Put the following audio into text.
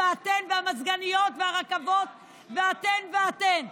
והמזגנים והרכבות ואתן ואתן.